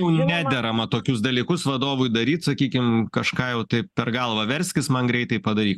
nederama tokius dalykus vadovui daryt sakykim kažką jau taip per galvą verskis man greitai padaryk